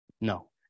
No